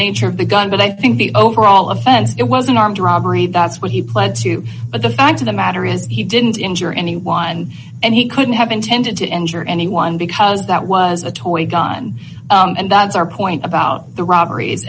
nature of the gun but i think the overall offense it was an armed robbery that's what he pled to but the fact of the matter is he didn't injure anyone and he couldn't have intended to injure anyone because that was a toy gun and that's our point about the robberies